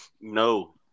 No